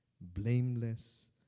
blameless